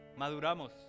Maduramos